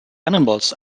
animals